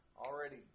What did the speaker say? already